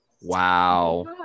wow